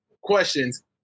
questions